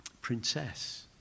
Princess